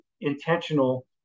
intentional